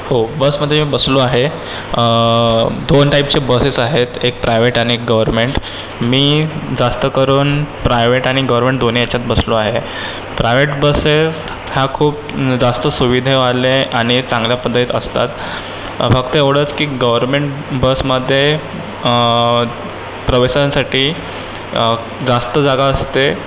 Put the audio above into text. हो बसमध्ये बसलो आहे दोन टाइपच्या बसेस आहेत एक प्रायवेट आणि एक गवर्नमेंट मी जास्तकरून प्रायवेट आणि गवर्नमेंट दोन्ही याच्यात बसलो आहे प्रायवेट बसेस ह्या खूप जास्त सुविधेवाले आणि चांगल्या पद्धतीत असतात फक्त एवढंच की गवर्नमेंट बसमध्ये प्रवाश्यांसाठी जास्त जागा असते